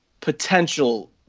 potential